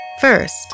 First